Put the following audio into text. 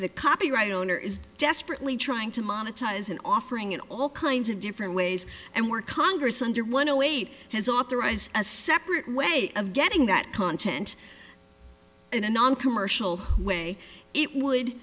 the copyright owner is desperately trying to monetize and offering in all kinds of different ways and where congress under one await his authorize a separate way of getting that content in a noncommercial way it would